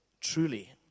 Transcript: truly